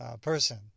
person